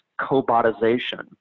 cobotization